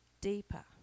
deeper